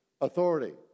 authority